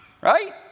right